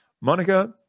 Monica